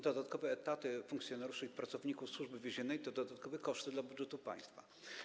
Dodatkowe etaty funkcjonariuszy i pracowników Służby Więziennej to dodatkowe koszty dla budżetu państwa.